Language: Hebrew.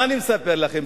מה אני מספר לכם?